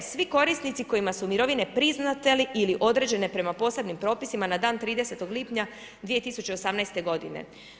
Svi korisnici kojima su mirovine priznate ili određene prema posebnim propisima na dan 30. lipnja 2018. godine.